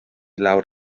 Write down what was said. lawr